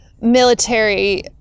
military